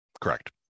Correct